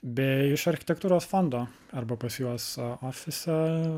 beje iš architektūros fondo arba pas juos ofise